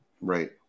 right